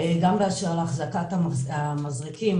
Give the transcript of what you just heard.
גם באשר לאחזקת המזרקים